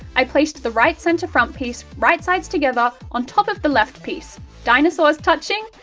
i placed the right centre front piece right-sides together on top of the left piece, dinosaurs touching,